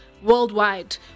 worldwide